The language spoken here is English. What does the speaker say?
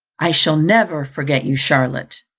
i shall never forget you, charlotte,